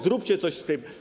Zróbcie coś z tym.